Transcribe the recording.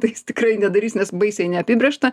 tai jis tikrai nedarys nes baisiai neapibrėžta